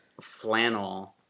flannel